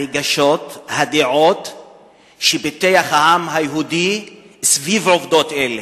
הרגשות, הדעות, שפיתח העם היהודי סביב עובדות אלה?